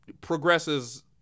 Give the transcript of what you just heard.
progresses –